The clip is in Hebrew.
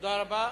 תודה רבה.